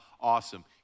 Awesome